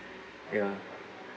ya